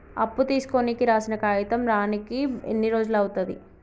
అప్పు తీసుకోనికి రాసిన కాగితం రానీకి ఎన్ని రోజులు అవుతది?